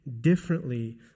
differently